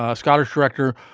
ah scottish director,